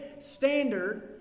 standard